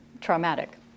traumatic